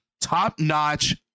top-notch